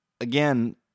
Again